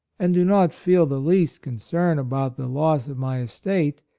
and do not feel the least concern about the loss of my estate,